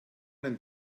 ein